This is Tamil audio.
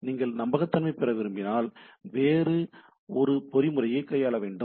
நீங்கள் நம்பகத்தன்மையைப் பெற விரும்பினால் வேறு ஒரு பொறிமுறையைக் கையாள வேண்டும்